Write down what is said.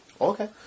Okay